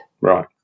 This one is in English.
Right